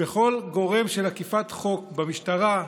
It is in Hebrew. נגד כל גורם של אכיפת חוק, המשטרה,